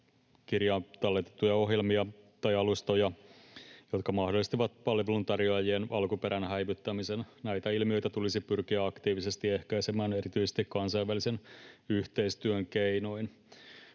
tilikirjaan talletettuja ohjelmia tai alustoja, jotka mahdollistavat palveluntarjoajien alkuperän häivyttämisen. Näitä ilmiöitä tulisi pyrkiä aktiivisesti ehkäisemään erityisesti kansainvälisen yhteistyön keinoin.